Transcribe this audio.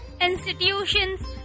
institutions